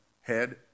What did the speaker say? head